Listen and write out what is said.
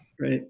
right